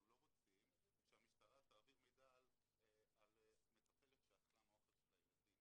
אנחנו לא רוצים שהמשטרה תעביר מידע על מטפלת שאכלה מהאוכל של הילדים